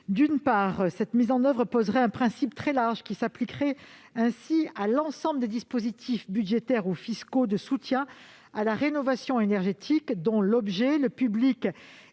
la rédaction proposée établit un principe très large, qui s'appliquerait ainsi à l'ensemble des dispositifs budgétaires ou fiscaux de soutien à la rénovation énergétique, dont l'objet, le public